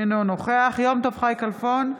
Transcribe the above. אינו נוכח יום טוב חי כלפון,